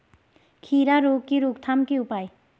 खीरा रोग के रोकथाम के उपाय?